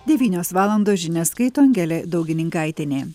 devynios valandos žinias skaito angelė daugininkaitienė